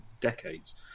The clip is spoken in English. decades